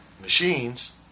machines